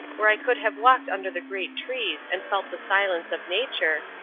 where i could have walked under the great trees and felt the silence of nature,